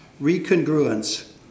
recongruence